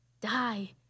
die